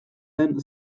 den